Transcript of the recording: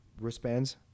wristbands